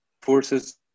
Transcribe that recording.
forces